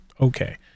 okay